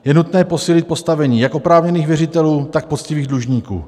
Je nutné posílit postavení jak oprávněných věřitelů, tak poctivých dlužníků.